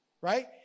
right